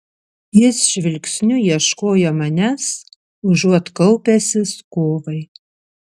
jis žvilgsniu ieškojo manęs užuot kaupęsis kovai